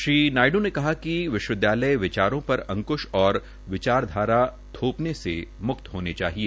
श्री नायडू ने कहा कि विश्वविद्यालय विचारों पर अंक्श और विचारधारा थोपने से मुक्त होने चाहिए